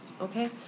okay